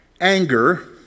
Anger